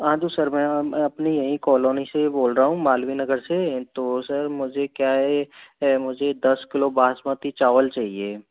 हाँ जी सर मैं अपनी यहीं कॉलोनी से बोल रहा हूँ मालवीय नगर से तो सर मुझे क्या है मुझे दस किलो बासमती चावल चाहिए